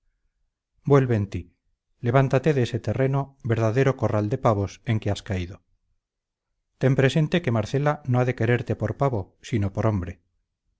vuelve en ti levántate de ese terreno verdadero corral de pavos en que te has caído ten presente que marcela no ha de quererte por pavo sino por hombre